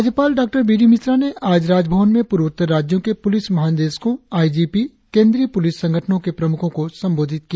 राज्यपाल Dr B D Mishra ने आज राजभवन में पूर्वोत्तर राज्यों के पुलिस महा निदेशको आई जी पी केंद्रीय पुलिस संगठनों के प्रमुखों को संबोधित किया